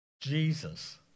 Jesus